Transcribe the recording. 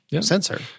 sensor